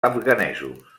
afganesos